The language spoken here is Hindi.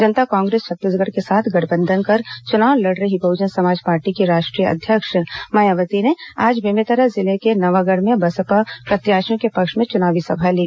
जनता कांग्रेस छत्तीसगढ़ के साथ गठबंधन कर चुनाव लड़ रही बहुजन समाज पार्टी की राष्ट्रीय अध्यक्ष मायावती ने आज बेमेतरा जिले के नवागढ़ में बसपा प्रत्याशियों के पक्ष में चुनावी सभा ली